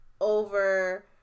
over